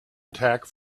attack